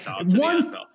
one